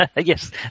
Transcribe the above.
Yes